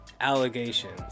allegations